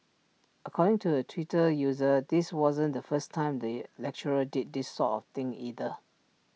according to A Twitter user this wasn't the first time the lecturer did this sort of thing either